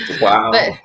Wow